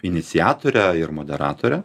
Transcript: iniciatore ir moderatore